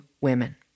women